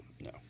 No